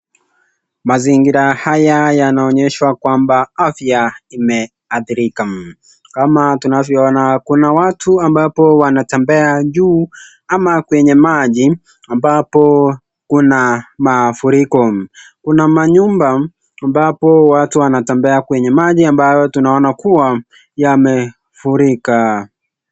Mazingira haya ianonyeshwa kwamba afya imeadhirika, kama tunavyoona kuna watu ambao wanatembea juu ama kwenye maji ambapo kuna mafuriko, kuna manyumba ambapo watu wanatembea kwenye ambapo tunaona kuwa yamefurika.